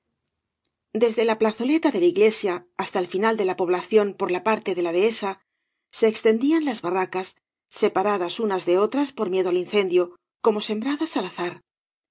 dasde la plazoleta de la iglesia hasta el final de la población por la parte de la dehesa se extendían las barracas separadas unas de otras por miedo al incendio como sembradas